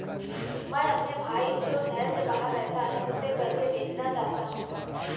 मैं अपने भाई जो शहर से बाहर रहता है, उसे पैसे भेजना चाहता हूँ